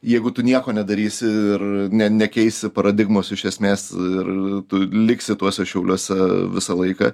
jeigu tu nieko nedarysi ir ne nekeisi paradigmos iš esmės ir tu liksi tuose šiauliuose visą laiką